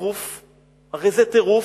הרי זה טירוף.